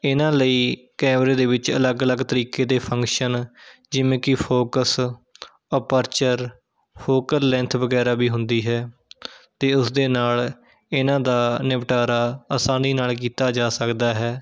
ਇਹਨਾਂ ਲਈ ਕੈਮਰੇ ਦੇ ਵਿੱਚ ਅਲੱਗ ਅਲੱਗ ਤਰੀਕੇ ਦੇ ਫੰਕਸ਼ਨ ਜਿਵੇਂ ਕਿ ਫੋਕਸ ਅਪਰਚਰ ਫੋਕਲ ਲੈਂਥ ਵਗੈਰਾ ਵੀ ਹੁੰਦੀ ਹੈ ਅਤੇ ਉਸਦੇ ਨਾਲ਼ ਇਹਨਾਂ ਦਾ ਨਿਪਟਾਰਾ ਆਸਾਨੀ ਨਾਲ਼ ਕੀਤਾ ਜਾ ਸਕਦਾ ਹੈ